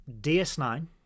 DS9